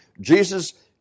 Jesus